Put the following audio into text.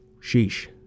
Sheesh